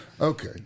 Okay